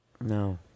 No